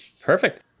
Perfect